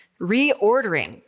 reordering